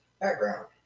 background